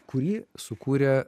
kurį sukūrė